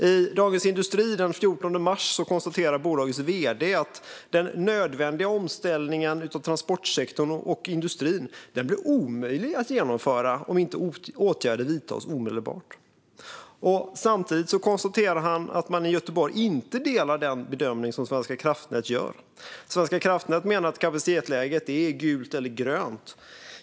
I Dagens industri den 14 mars konstaterar bolagets vd att den nödvändiga omställningen av transportsektorn och industrin blir omöjlig att genomföra om inte åtgärder vidtas omedelbart. Samtidigt konstaterar han att man i Göteborg inte delar den bedömning som Svenska kraftnät gör. Svenska kraftnät menar att kapacitetsläget är gult eller grönt.